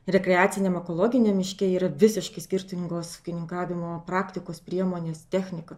rekreaciniam ekologiniam miške yra visiškai skirtingos ūkininkavimo praktikos priemonės technika